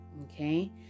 Okay